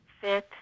fifth